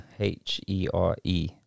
h-e-r-e